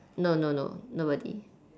no no no nobody